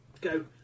go